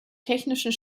technischen